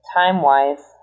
time-wise